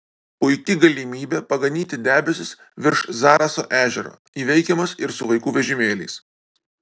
puiki galimybė paganyti debesis virš zaraso ežero įveikiamas ir su vaikų vežimėliais